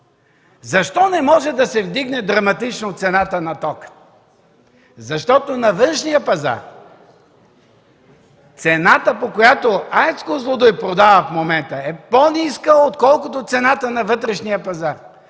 Защо не може да се вдигне драматично цената на тока? Защото на външния пазар цената, по която АЕЦ „Козлодуй” продава в момента, е по-ниска, отколкото цената на вътрешния пазар.